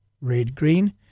red-green